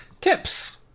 Tips